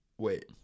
wait